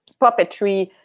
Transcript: puppetry